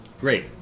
Great